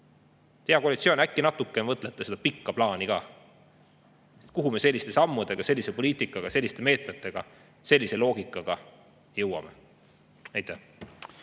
Hea koalitsioon, äkki mõtlete natuke pika plaani peale ka? Kuhu me selliste sammudega, sellise poliitikaga, selliste meetmetega, sellise loogikaga jõuame? Aitäh!